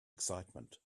excitement